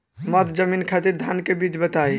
मध्य जमीन खातिर धान के बीज बताई?